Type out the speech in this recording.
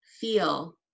feel